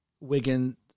Wigan